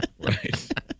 Right